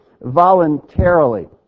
voluntarily